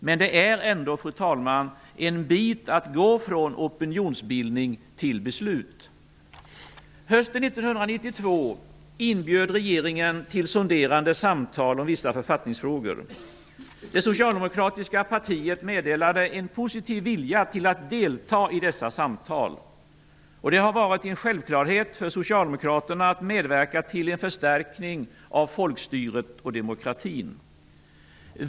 Men det är ändå en bit, fru talman, att gå från opinionsbildning till beslut. Hösten 1992 inbjöd regeringen till sonderande samtal om vissa författningsfrågor. Det socialdemokratiska partiet meddelade en positiv vilja till att delta i dessa samtal. Det har varit en självklarhet för socialdemokraterna att medverka till en förstärkning av folkstyret och demokratin.